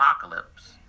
apocalypse